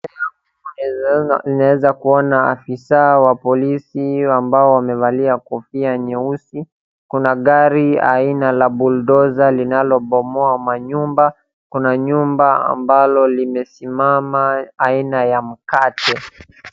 Naweza kuona afisa wa polisi ambao wamevalia kofia nyeusi. Kuna gari aina ya bull dozer linalobomoa manyumba, kuna nyumba ambalo limesimama aina ya mkate.